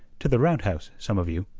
to the roundhouse, some of you,